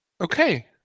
Okay